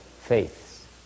faiths